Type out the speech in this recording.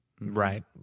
Right